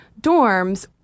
dorms